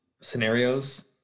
scenarios